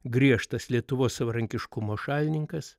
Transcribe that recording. griežtas lietuvos savarankiškumo šalininkas